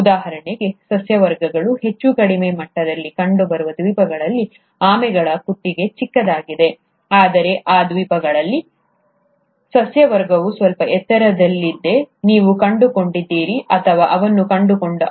ಉದಾಹರಣೆಗೆ ಸಸ್ಯವರ್ಗಗಳು ಹೆಚ್ಚು ಕಡಿಮೆ ಮಟ್ಟದಲ್ಲಿ ಕಂಡುಬರುವ ದ್ವೀಪಗಳಲ್ಲಿ ಆಮೆಗಳ ಕುತ್ತಿಗೆ ಚಿಕ್ಕದಾಗಿದೆ ಆದರೆ ಆ ದ್ವೀಪಗಳಲ್ಲಿ ಸಸ್ಯವರ್ಗವು ಸ್ವಲ್ಪ ಎತ್ತರದಲ್ಲಿ ಎತ್ತರದಲ್ಲಿದೆ ನೀವು ಕಂಡುಕೊಂಡಿದ್ದೀರಿ ಅಥವಾ ಅವನು ಕಂಡುಕೊಂಡನು